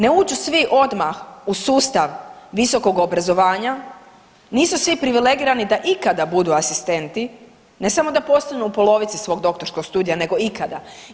Ne uđu svi odmah u sustav visokog obrazovanja, nisu svi privilegirani da ikada budu asistenti, ne samo da postanu u polovici svog doktorskog studija, nego ikada.